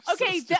Okay